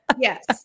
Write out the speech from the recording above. Yes